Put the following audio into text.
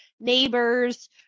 neighbors